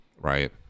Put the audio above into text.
right